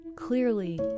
Clearly